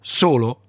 solo